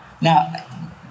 Now